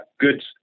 good